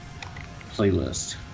playlist